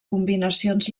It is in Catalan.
combinacions